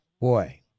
boy